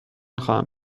خواهم